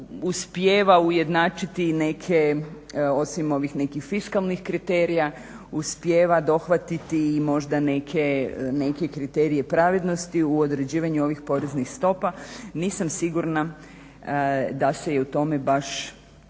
uspijeva ujednačiti i neke osim ovih nekih fiskalnih kriterija, uspijeva dohvatiti i možda neke kriterije pravednosti u određivanju ovih poreznih stopa. Nisam sigurna da se i u tome baš